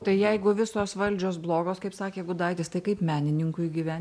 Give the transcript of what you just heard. tai jeigu visos valdžios blogos kaip sakė gudaitis tai kaip menininkui gyven